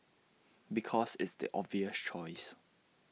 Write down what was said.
because it's the obvious choice